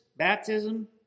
Baptism